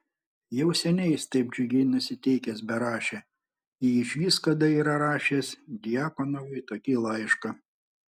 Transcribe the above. jau seniai jis taip džiugiai nusiteikęs berašė jei išvis kada yra rašęs djakonovui tokį laišką